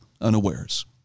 unawares